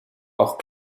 auch